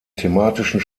thematischen